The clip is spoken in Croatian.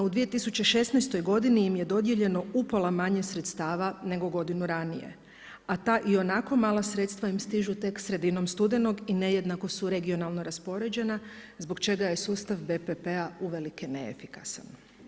No u 2016. godini im je dodijeljeno upola manje sredstava nego godinu ranije, a ta ionako mala sredstva im stižu tek sredinom studenog i nejednako su regionalno raspoređena zbog čega je sustav BPP-a uvelike neefikasan.